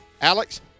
Alex